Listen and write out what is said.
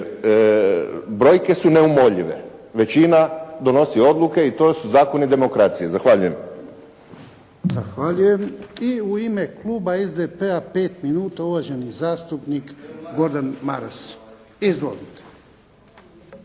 brojke su neumoljive. Većina donosi odluke i to su zakoni demokracije. Zahvaljujem. **Jarnjak, Ivan (HDZ)** Zahvaljujem. I u ime Kluba SDP-a 5 minuta uvaženi zastupnik Gordan Maras. Izvolite.